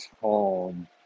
home